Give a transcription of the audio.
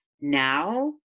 now